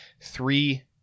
Three